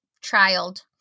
child